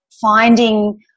finding